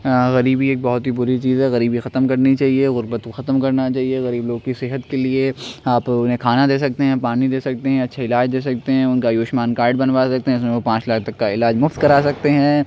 آ غریبی ایک بہت ہی بری چیز ہے غریبی ختم کرنی چاہیے غربت کو ختم کرنا چاہیے غریب لوگ کی صحت کے لیے ہاں تو انہیں کھانا دے سکتے ہیں پانی دے سکتے ہیں اچھے علاج دے سکتے ہیں ان کا آیوشمان کارڈ بنوا سکتے ہیں اس میں ان کو پانچ لاکھ تک کا علاج مفت کرا سکتے ہیں